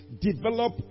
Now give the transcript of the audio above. develop